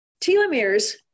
telomeres